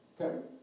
Okay